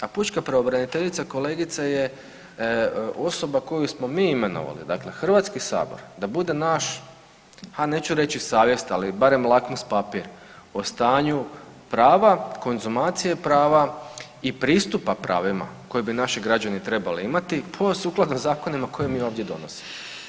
A pučka pravobraniteljica kolegice je osoba koju smo mi imenovali, dakle Hrvatski sabor da bude naš, a neću reći savjest ali barem lakmus papir o stanju prava, konzumacije prava i pristupa pravima koje bi naši građani trebali imati po sukladno zakonima koje mi ovdje donosimo.